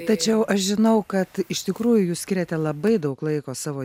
tačiau aš žinau kad iš tikrųjų jūs skiriate labai daug laiko savo